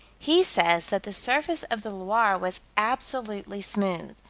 he says that the surface of the loire was absolutely smooth.